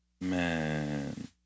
Man